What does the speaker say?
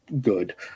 good